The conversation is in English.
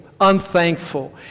unthankful